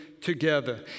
together